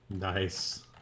Nice